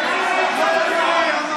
נא לשבת.